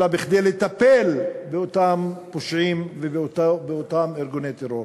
אלא כדי לטפל באותם פושעים ובאותם ארגוני טרור.